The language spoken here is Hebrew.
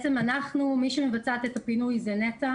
מי שמבצעת את הפינוי זה נת"ע,